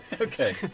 Okay